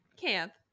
Camp